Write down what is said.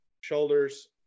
shoulders